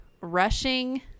rushing